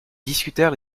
discutèrent